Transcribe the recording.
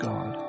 God